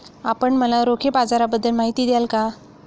आपण मला रोखे बाजाराबद्दल माहिती द्याल का?